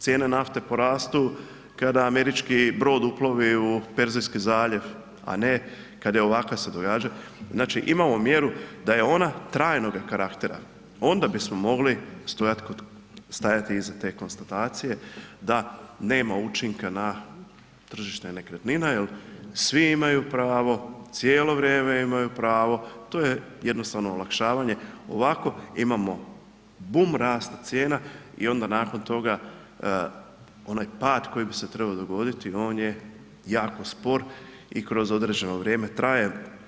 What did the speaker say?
Cijene nafte porastu kada američki brod uplovi u Perzijski zaljev, a ne kada ovakva se događa, znači imamo mjeru, da je ona trajnoga karaktera, onda bismo mogli stajati iza te konstatacije da nema učinka na tržište nekretnina jer svi imaju pravo, cijelo vrijeme imaju pravo, to je jednostavno olakšavanje, ovako imamo bum rasta cijena i onda nakon toga onaj pad koji bi se trebao dogoditi, on je jako spor i kroz određeno vrijeme traje.